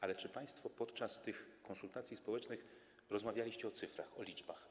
Ale czy państwo podczas tych konsultacji społecznych rozmawialiście o cyfrach, o liczbach?